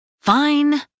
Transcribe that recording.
Fine